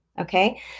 Okay